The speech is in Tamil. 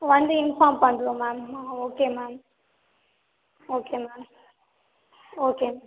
வந்து இன்ஃபார்ம் பண்ணுறோம் ma'am okay ma'am okay ma'am okay ma'am